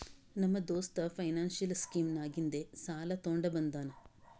ನಮ್ಮ ದೋಸ್ತ financial scheme ನಾಗಿಂದೆ ಸಾಲ ತೊಂಡ ಬಂದಾನ್